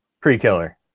pre-killer